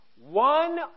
One